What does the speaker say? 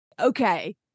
Okay